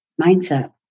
mindset